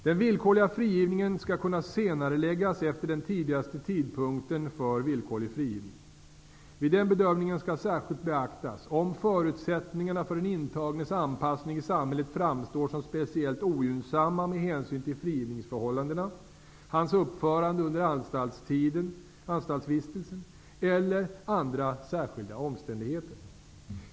Den villkorliga frigivningen skall kunna senareläggas efter den tidigaste tidpunkten för villkorlig frigivning. Vid den bedömningen skall särskilt beaktas om förutsättningarna för den intagnes anpassning i samhället framstår som speciellt ogynnsamma med hänsyn till frigivningsförhållandena, hans uppförande under anstaltsvistelsen eller andra särskilda omständigheter.